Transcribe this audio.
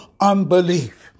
unbelief